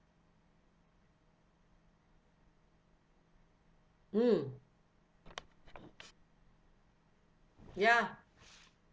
mm ya